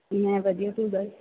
ਮੈਂ ਵਧੀਆ ਤੂੰ ਦੱਸ